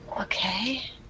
Okay